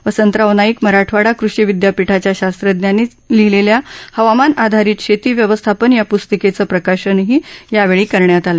वसंतराव नाईक मराठवाडा कृषी विदयापीठाच्या शास्त्रांज्ञानी लिहिलेल्या हवामान आधारित शेती व्यवस्थापन या प्स्तिकेचं प्रकाशनही यावेळी करण्यात आलं